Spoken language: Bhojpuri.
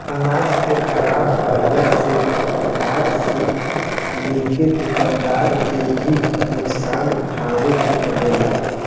अनाज के ख़राब भईला से खेतिहर से लेके दूकानदार के भी नुकसान उठावे के पड़ेला